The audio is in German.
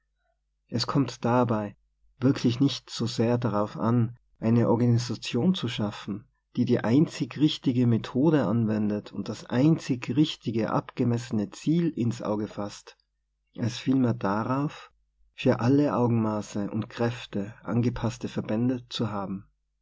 es kommt dabei wirklich nicht so sehr darauf an eine organisation zu schaffen die die einzig richtige methode anwendet und das einzig richtig abgemessene ziel ins auge faßt als vielmehr darauf für alle augenmaße und kräfte angepaßte verbände zu haben